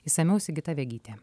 išsamiau sigita vegytė